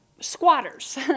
squatters